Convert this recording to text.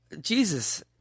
Jesus